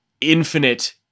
infinite